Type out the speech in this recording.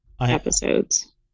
episodes